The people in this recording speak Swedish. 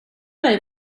dig